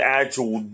actual